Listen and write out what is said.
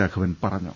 രാഘവൻ പറഞ്ഞു